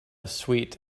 suite